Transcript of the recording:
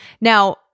Now